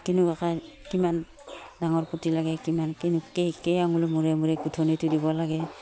কেনেকুৱাকৈ কিমান ডাঙৰ পুতি লাগে কিমান কেইআঙুল মূৰে মূৰে গোঁঠনিটো দিব লাগে